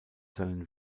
seinen